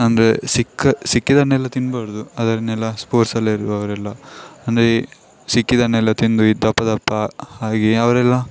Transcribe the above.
ಅಂದರೆ ಸಿಕ್ಕ ಸಿಕ್ಕಿದ್ದನ್ನೆಲ್ಲ ತಿನ್ನಬಾರ್ದು ಅದನ್ನೆಲ್ಲ ಸ್ಪೋರ್ಟ್ಸಲ್ಲಿರುವವರೆಲ್ಲ ಅಂದರೆ ಈ ಸಿಕ್ಕಿದ್ದನ್ನೆಲ್ಲ ತಿಂದು ಈ ದಪ್ಪ ದಪ್ಪ ಹಾಗೇ ಅವರೆಲ್ಲ